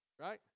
Right